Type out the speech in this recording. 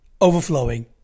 overflowing